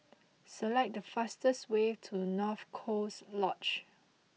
select the fastest way to North Coast Lodge